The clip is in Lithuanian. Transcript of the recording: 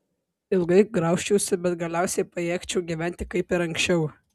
ilgai graužčiausi bet galiausiai pajėgčiau gyventi kaip ir anksčiau